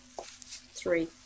Three